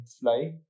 Fly